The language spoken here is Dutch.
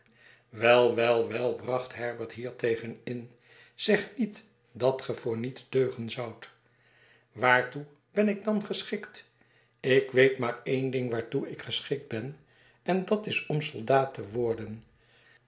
wel wel well bracht herbert hiertegen in zeg niet dat ge voor niets deugen zoudt waartoe ben ik dan geschikt ik weet maar één ding waartoe ik geschikt ben en dat is om soldaat te worden